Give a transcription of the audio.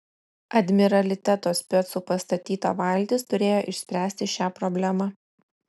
admiraliteto specų pastatyta valtis turėjo išspręsti šią problemą